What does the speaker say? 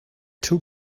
two